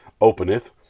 openeth